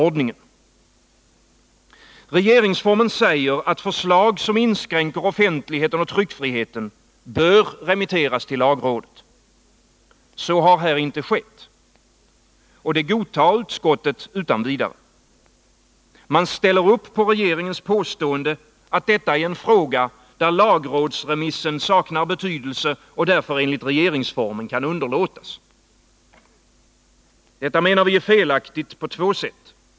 Regeringsformen säger att förslag som inskränker offentligheten och tryckfriheten bör remitteras till lagrådet. Så har inte skett. Och detta godtar utskottet utan vidare. Man ställer upp på regeringens påstående, att detta är en fråga där lagrådsremissen saknar betydelse och därför enligt regeringsformen kan underlåtas. Detta är felaktigt på två sätt.